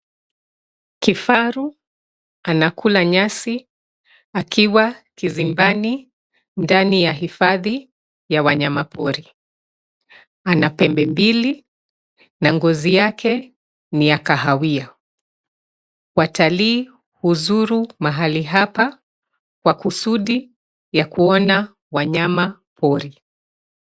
Kifaru anakula nyasi akiwa kizimbani ndani ya hifadhi ya wanyama pori. Ana pembe mbili na ngozi yake ni ya kahawia. Watalii huzuru mahali hapa kwa kusudi ya kuona wanyama pori.